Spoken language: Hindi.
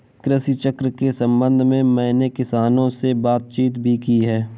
कृषि चक्र के संबंध में मैंने किसानों से बातचीत भी की है